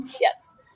Yes